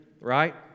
right